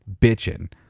bitching